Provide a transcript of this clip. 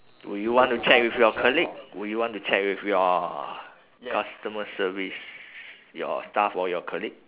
would you want to check with your colleague would you want to check with your customer service your staff or your colleague